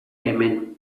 hemen